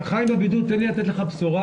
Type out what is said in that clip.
בקשר לבידוד, חיים, תן לי לתת לך בשורה.